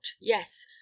yes